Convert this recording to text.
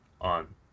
on